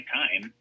time